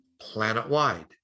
planet-wide